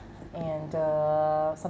and uh